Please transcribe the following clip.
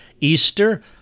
Easter